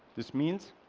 this means,